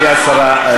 גברתי השרה.